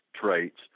traits